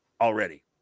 already